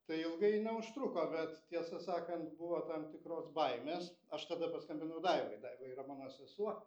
tai ilgai neužtruko bet tiesą sakant buvo tam tikros baimės aš tada paskambinau daivai daiva yra mano sesuo